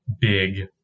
big